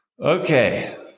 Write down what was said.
okay